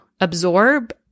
absorb